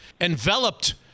enveloped